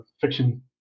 fiction